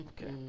Okay